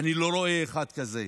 ואני לא רואה אחד כזה.